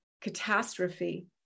catastrophe